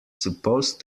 supposed